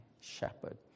shepherd